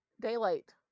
Daylight